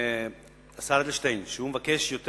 השר אדלשטיין, יותר תקציב,